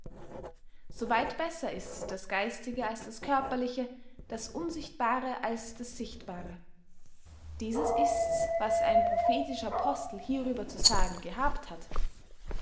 weit besser ist das geistige als das körperliche das unsichtbare als das sichtbare dieses ists was ein prophetischer apostel hierüber zu sagen gehabt hat